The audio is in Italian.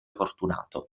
fortunato